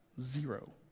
Zero